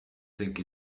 think